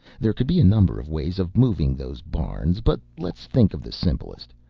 there could be a number of ways of moving those barns, but let's think of the simplest.